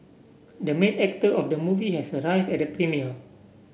the main actor of the movie has arrive at premiere